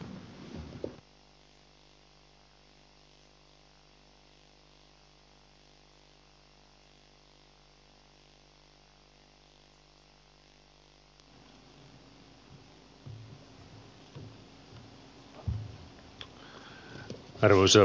arvoisa puhemies